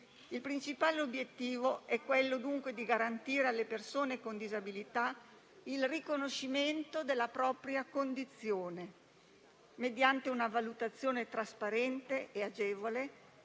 Il principale obiettivo è, dunque, garantire alle persone con disabilità il riconoscimento della propria condizione, mediante una valutazione trasparente e agevole,